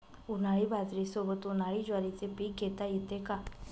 उन्हाळी बाजरीसोबत, उन्हाळी ज्वारीचे पीक घेता येते का?